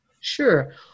Sure